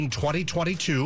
2022